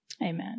Amen